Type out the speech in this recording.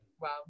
Wow